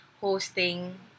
hosting